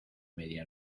media